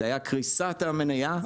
זה היה קריסת המניה,